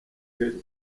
kelly